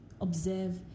observe